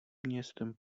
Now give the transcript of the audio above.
městem